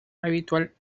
habitual